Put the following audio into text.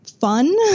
fun